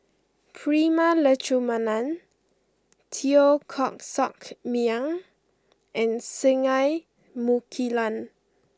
Prema Letchumanan Teo Koh Sock Miang and Singai Mukilan